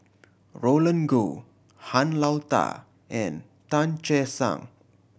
Roland Goh Han Lao Da and Tan Che Sang